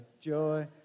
joy